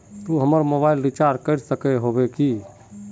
तू हमर mobile recharge कर सके होबे की?